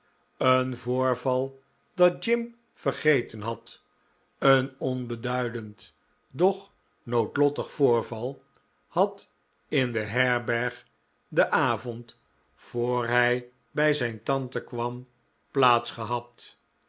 een voorval dat jim vergeten had een onbeduidend doch noodlottig voorval had in de herberg den avond voor hij bij zijn tante kwam